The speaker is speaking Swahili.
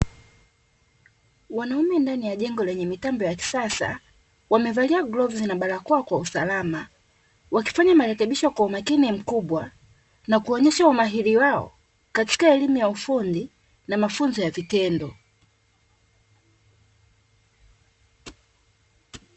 Wanaume ndani ya jengo lenye mitambo ya kisasa, wamevalia glavu na barakoa kwa usalama, wakifanya marekebisho kwa umakini mkubwa na kuonyesha umahiri wao katika elimu ya ufundi na mafunzo ya vitendo.